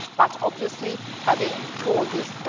but obviously, having all this.